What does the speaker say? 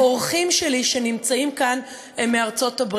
לאורחים שלי שנמצאים כאן מארצות-הברית,